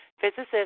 Physicist